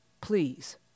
Please